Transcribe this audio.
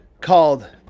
called